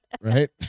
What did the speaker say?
Right